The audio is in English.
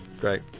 Great